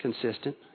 consistent